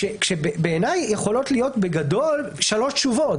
כשבעיניי יכולות להיות בגדול שלוש תשובות.